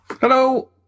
Hello